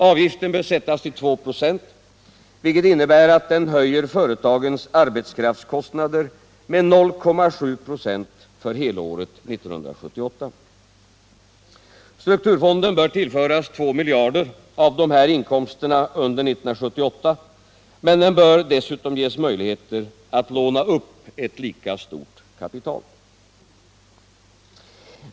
Avgiften bör sättas till 2 20, vilket innebär att den höjer företagens arbetskraftskostnader med 0.7 ?ö för helåret 1978. Strukturfonden bör ullföras 2 miljarder av dessa avgiftsinkomster under 1978, men den bör dessutom ges möjligheter att låna upp ett lika stort kapital.